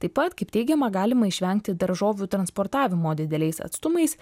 taip pat kaip teigiama galima išvengti daržovių transportavimo dideliais atstumais